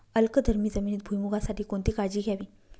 अल्कधर्मी जमिनीत भुईमूगासाठी कोणती काळजी घ्यावी?